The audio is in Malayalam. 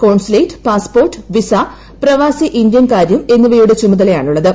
കോൺസുലേറ്റ് പാസ്പോർട്ട് വിസ പ്രവാസി ഇന്ത്യൻ കാര്യം എന്നിവയുടെ ചുമതലയാണുള്ളത്